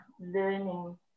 learning